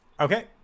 Okay